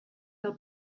del